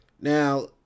now